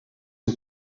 een